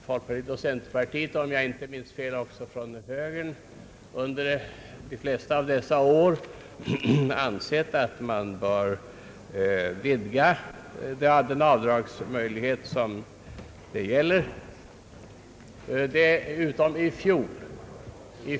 Folkpartiet och centerpartiet och — om jag inte minns fel — också högern har under de flesta av dessa år ansett att man bör vidga den avdragsmöjlighet som det här gäller — utom i fjol.